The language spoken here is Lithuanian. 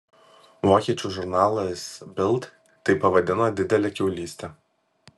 vokiečių žurnalas bild tai pavadino didele kiaulyste